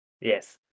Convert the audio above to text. yes